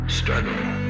struggling